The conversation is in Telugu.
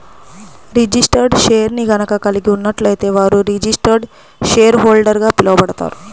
రిజిస్టర్డ్ షేర్ని గనక కలిగి ఉన్నట్లయితే వారు రిజిస్టర్డ్ షేర్హోల్డర్గా పిలవబడతారు